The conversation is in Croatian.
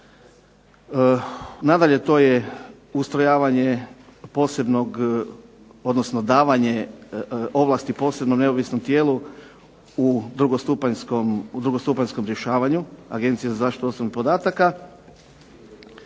Nadalje, to je ustrojavanje posebnog odnosno davanje ovlasti posebno neovisnom tijelu u drugostupanjskom rješavanju Agencije za zaštitu osobnih podataka